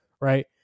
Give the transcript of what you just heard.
right